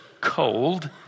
cold